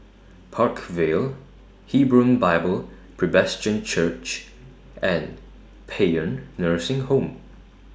Park Vale Hebron Bible Presbyterian Church and Paean Nursing Home